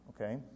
Okay